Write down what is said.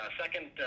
second